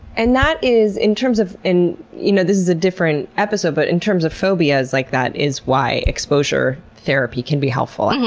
and that is, in terms of you know this is a different episode but in terms of phobias, like that is why exposure therapy can be helpful, and yeah